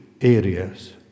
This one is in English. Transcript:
areas